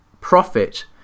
profit